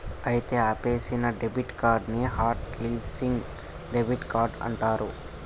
అయితే ఆపేసిన debit card ని హట్ లిస్సింగ్ డెబిట్ కార్డ్ అంటారు